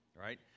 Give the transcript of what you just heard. right